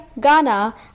Ghana